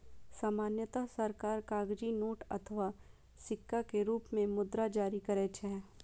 सामान्यतः सरकार कागजी नोट अथवा सिक्का के रूप मे मुद्रा जारी करै छै